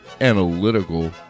analytical